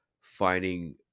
finding